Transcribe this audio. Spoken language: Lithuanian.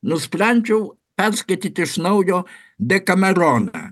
nusprendžiau perskaityti iš naujo dekameroną